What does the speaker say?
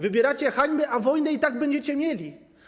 Wybieracie hańbę, a wojnę i tak będziecie mieli.